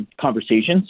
conversations